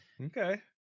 Okay